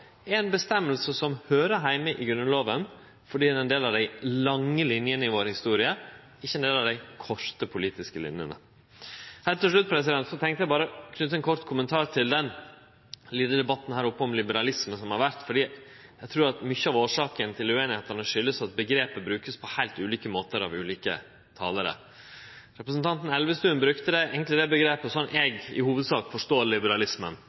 er ein del av dei lange linjene i vår historie, ikkje ein del av dei korte politiske linjene. Heilt til slutt tenkte eg å knyte ein kort kommentar til den debatten om liberalisme som har vore her. Eg trur at mykje av årsaka til ueinigheita kjem av at omgrepet vert brukt på heilt ulike måtar av ulike talarar. Representanten Elvestuen brukte omgrepet slik som eg i hovudsak forstår liberalismen,